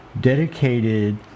dedicated